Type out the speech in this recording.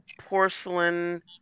porcelain